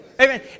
Amen